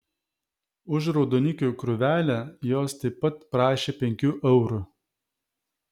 už raudonikių krūvelę jos taip pat prašė penkių eurų